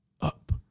up